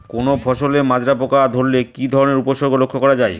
কোনো ফসলে মাজরা পোকা ধরলে কি ধরণের উপসর্গ লক্ষ্য করা যায়?